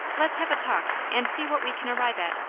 let's have a talk, and see what we can arrive at.